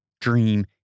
dream